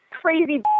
Crazy